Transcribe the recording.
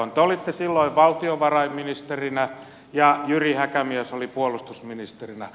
te olitte silloin valtiovarainministerinä ja jyri häkämies oli puolustusministerinä